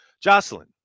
Jocelyn